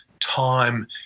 Time